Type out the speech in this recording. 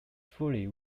fully